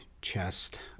chest